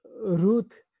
Ruth